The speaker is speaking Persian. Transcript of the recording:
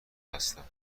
هستم